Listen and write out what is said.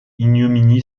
ignominie